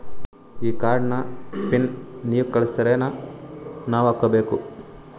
ಈ ಕಾರ್ಡ್ ನ ಪಿನ್ ನೀವ ಕಳಸ್ತಿರೇನ ನಾವಾ ಹಾಕ್ಕೊ ಬೇಕು?